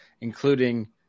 including